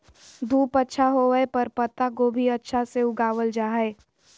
धूप अच्छा होवय पर पत्ता गोभी अच्छा से उगावल जा हय